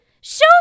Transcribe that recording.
Show